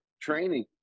training